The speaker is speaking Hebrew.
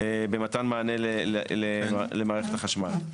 במתן מענה למערכת החשמל.